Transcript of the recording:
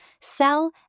sell